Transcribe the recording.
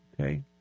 Okay